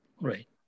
Right